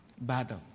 battle